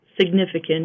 significant